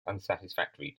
unsatisfactory